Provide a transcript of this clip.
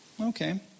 okay